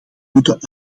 moeten